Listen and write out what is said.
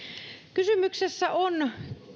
kysymyksessä on